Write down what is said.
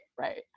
right